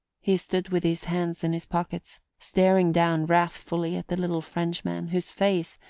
he stood with his hands in his pockets, staring down wrathfully at the little frenchman, whose face,